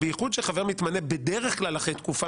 בייחוד שחבר מתמנה בדרך כלל אחרי תקופה